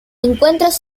encuentros